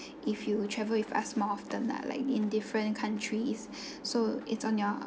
if you travel with us more often lah like in different countries so it's on your